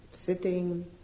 sitting